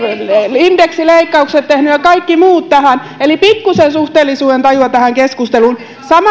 ja indeksileikkaukset olette tehneet ja kaikki muut tähän eli pikkusen suhteellisuudentajua tähän keskusteluun